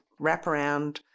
wraparound